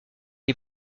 les